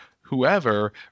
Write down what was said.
whoever